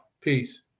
Peace